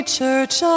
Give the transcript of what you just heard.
Church